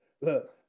Look